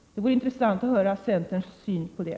Det vore intressant att höra centerns syn på det?